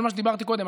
כל מה שדיברתי קודם.